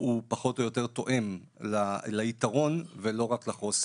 הוא פחות או יותר תואם ליתרון ולא רק לחוסר.